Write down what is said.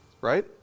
right